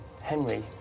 Henry